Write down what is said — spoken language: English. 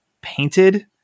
painted